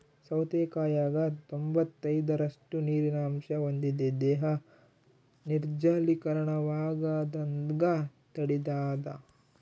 ಸೌತೆಕಾಯಾಗ ತೊಂಬತ್ತೈದರಷ್ಟು ನೀರಿನ ಅಂಶ ಹೊಂದಿದೆ ದೇಹ ನಿರ್ಜಲೀಕರಣವಾಗದಂಗ ತಡಿತಾದ